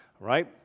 right